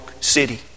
City